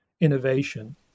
innovation